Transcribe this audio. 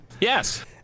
Yes